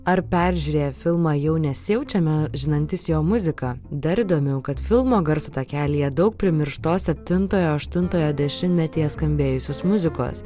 ar peržiūrėję filmą jau nesijaučiame žinantys jo muziką dar įdomiau kad filmo garso takelyje daug primirštos septintojo aštuntojo dešimtmetyje skambėjusios muzikos